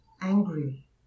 angry